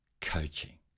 coaching